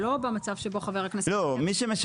ולא במצב שבו חבר הכנסת --- בסוף,